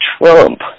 Trump